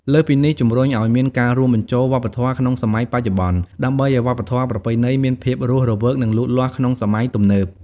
លើសពីនេះ ជំរុញអោយមានការរួមបញ្ចូលវប្បធម៌ក្នុងសម័យបច្ចុប្បន្ន ដើម្បីឲ្យវប្បធម៌ប្រពៃណីមានភាពរស់រវើក និងលូតលាស់ក្នុងសម័យទំនើប។